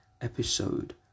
episode